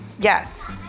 Yes